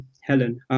Helen